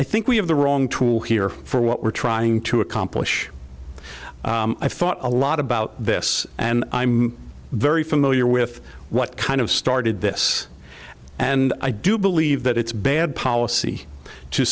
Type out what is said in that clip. i think we have the wrong tool here for what we're trying to accomplish i thought a lot about this and i'm very familiar with what kind of started this and i do believe that it's bad policy to